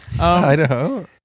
Idaho